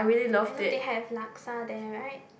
I know they have laksa there right